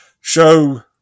show